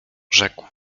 rzekł